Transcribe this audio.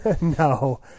No